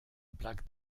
black